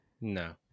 No